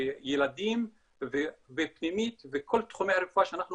ילדים ופנימית וכל תחומי הרפואה שאנחנו